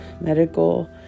medical